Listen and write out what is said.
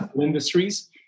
industries